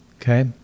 Okay